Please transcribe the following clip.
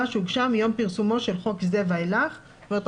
שהוגשה מיום פרסומו של חוק זה ואילך." זאת אומרת,